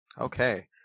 Okay